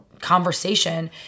conversation